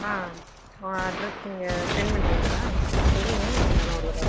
ஆ உங்கள் அட்ரெஸ் நீங்கள் செண்ட் பண்ணுவீங்களா தெரியும் இருந்தாலும் ஒரு தடவை